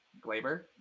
Glaber